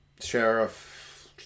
Sheriff